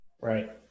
Right